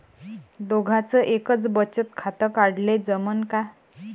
दोघाच एकच बचत खातं काढाले जमनं का?